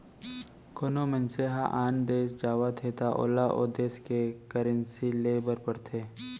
कोना मनसे ह आन देस जावत हे त ओला ओ देस के करेंसी लेय बर पड़थे